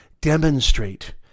Demonstrate